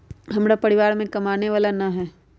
हमरा परिवार में कमाने वाला ना है?